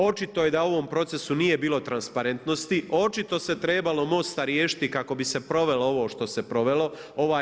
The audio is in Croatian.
Očito je da u ovom procesu nije bilo transparentnosti, očito se trebalo MOST-a riješiti kako bi se provelo ovo što se provelo.